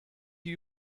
die